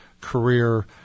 career